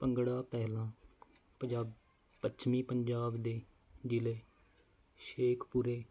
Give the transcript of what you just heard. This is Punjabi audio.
ਭੰਗੜਾ ਪਹਿਲਾਂ ਪੰਜਾਬ ਪੱਛਮੀ ਪੰਜਾਬ ਦੇ ਜ਼ਿਲ੍ਹੇ ਸ਼ੇਖਪੁਰੇ